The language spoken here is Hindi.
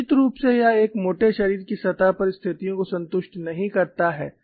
निश्चित रूप से यह एक मोटे शरीर की सतह पर स्थितियों को संतुष्ट नहीं करता है